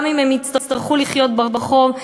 גם אם הם יצטרכו לחיות ברחוב,